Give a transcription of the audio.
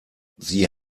sie